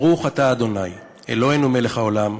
ברוך אתה ה' אלוהינו מלך העולם,